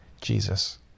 Jesus